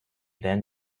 then